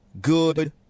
Good